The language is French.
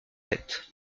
sept